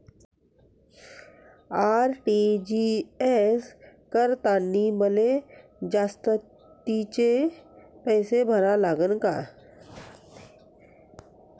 RTGS करतांनी मले जास्तीचे पैसे भरा लागन का?